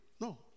No